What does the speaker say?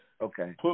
Okay